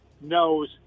knows